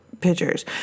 pictures